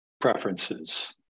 preferences